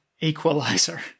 equalizer